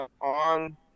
on